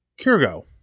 Kirgo